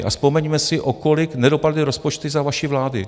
A vzpomeňme si, o kolik nedopadly rozpočty za vaší vlády.